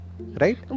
Right